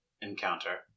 encounter